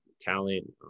talent